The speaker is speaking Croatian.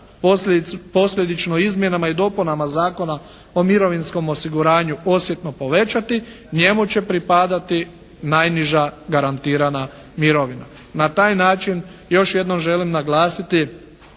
posljedično izmjenama i dopunama Zakona o mirovinskom osiguranju osjetno povećati, njemu će pripadati najniža garantirana mirovina. Na taj način još jednom želim naglasiti